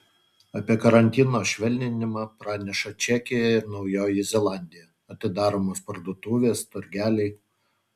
apie karantino švelninimą praneša čekija ir naujoji zelandija atidaromos parduotuvės turgeliai